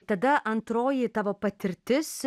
tada antroji tavo patirtis